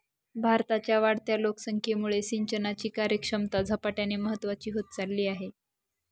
भारताच्या वाढत्या लोकसंख्येमुळे सिंचनाची कार्यक्षमता झपाट्याने महत्वाची होत चालली आहे